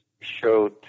showed